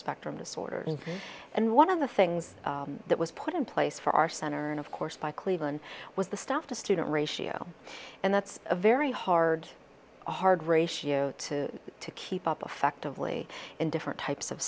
spectrum disorder and one of the things that was put in place for our center and of course by cleveland was the staff to student ratio and that's a very hard hard ratio to keep up affectively in different types of